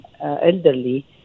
elderly